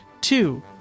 Two